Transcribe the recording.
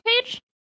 page